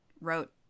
wrote